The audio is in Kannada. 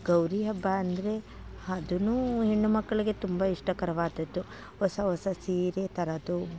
ಗೌರಿ ಹಬ್ಬ ಅಂದರೆ ಅದುನೂ ಹೆಣ್ಣು ಮಕ್ಕಳಿಗೆ ತುಂಬ ಇಷ್ಟಕರವಾದದ್ದು ಹೊಸ ಹೊಸ ಸೀರೆ ತರೋದು